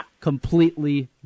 completely